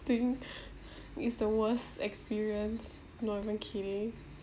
think is the worst experience not even kidding